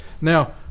Now